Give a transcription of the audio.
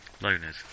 Loners